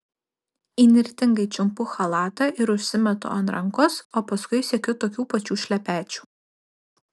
įnirtingai čiumpu chalatą ir užsimetu ant rankos o paskui siekiu tokių pačių šlepečių